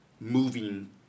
moving